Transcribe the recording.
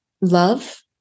love